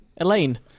Elaine